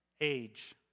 Age